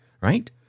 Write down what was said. right